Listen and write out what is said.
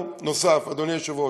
נוסף, אדוני היושב-ראש.